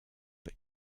but